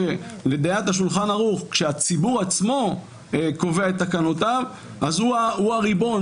שלדעת השולחן ערוך כשהציבור עצמו קובע את תקנותיו אז הוא הריבון,